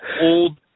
old